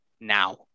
now